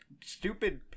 stupid